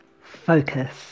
Focus